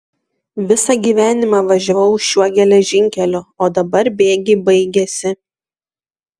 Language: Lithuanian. visą gyvenimą važiavau šiuo geležinkeliu o dabar bėgiai baigėsi